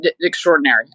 extraordinary